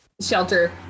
shelter